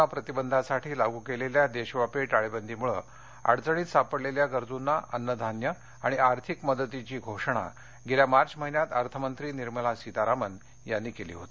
corona प्रतिबंधासाठी लागू केलेल्या देशव्यापी टाळेबंदीमुळे अडचणीत सापडलेल्या गरजूना अन्न धान्य आणि आर्थिक मदतीची घोषणा गेल्या मार्च महिन्यात अर्थ मंत्री निर्मला सीतारामन यांनी केली होती